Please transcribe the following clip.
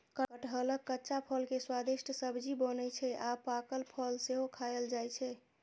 कटहलक कच्चा फल के स्वादिष्ट सब्जी बनै छै आ पाकल फल सेहो खायल जाइ छै